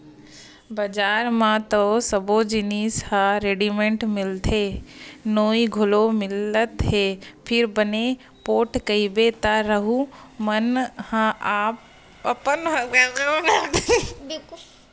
बजार म तो सबे जिनिस ह रेडिमेंट मिलत हे नोई घलोक मिलत हे फेर बने पोठ कहिबे त राउत मन ह अपन हात म बनाए रहिथे उही ह रहिथे